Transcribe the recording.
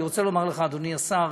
אני רוצה לומר לך, אדוני השר,